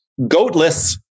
goatless